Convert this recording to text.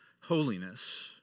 holiness